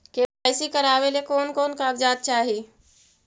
KYC करावे ले कोन कोन कागजात चाही?